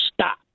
stop